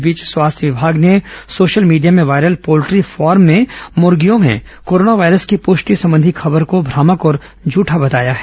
इस बीच स्वास्थ्य विमाग ने सोशल मीडिया में वायरल पोल्टी फॉर्म में मुर्गियों में कोरोना वायरस की पृष्टि संबंधी खबर को भ्रामक और झूठा बताया है